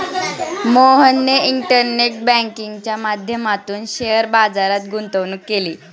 मोहनने इंटरनेट बँकिंगच्या माध्यमातून शेअर बाजारात गुंतवणूक केली